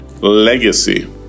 legacy